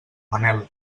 manel